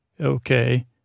Okay